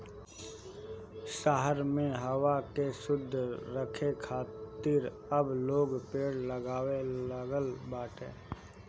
शहर में हवा के शुद्ध राखे खातिर अब लोग पेड़ लगावे लागल बाटे